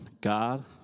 God